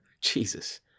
Jesus